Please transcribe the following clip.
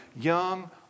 young